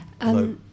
Hello